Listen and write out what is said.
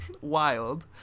Wild